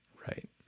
Right